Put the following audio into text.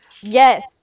Yes